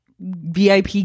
vip